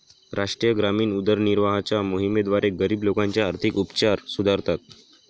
राष्ट्रीय ग्रामीण उदरनिर्वाहाच्या मोहिमेद्वारे, गरीब लोकांचे आर्थिक उपचार सुधारतात